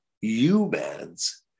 humans